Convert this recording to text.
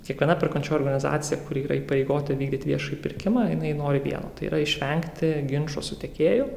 kiekviena perkančioji organizacija kuri yra įpareigota vykdyti viešąjį pirkimą jinai nori vieno tai yra išvengti ginčo su tiekėju